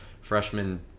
freshman